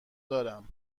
دارم